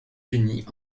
unis